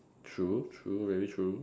true true really true